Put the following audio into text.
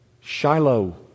Shiloh